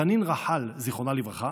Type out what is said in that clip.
רנין רחאל, זיכרונה לברכה,